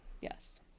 yes